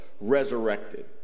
resurrected